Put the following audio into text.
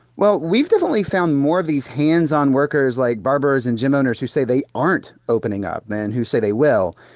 well, we've definitely found more of these hands-on workers, like barbers and gym owners, who say they aren't opening up and who say they will.